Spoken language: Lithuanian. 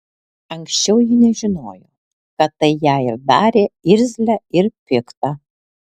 anksčiau ji nežinojo kad tai ją ir darė irzlią ir piktą